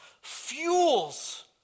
fuels